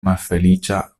malfeliĉa